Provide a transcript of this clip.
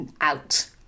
out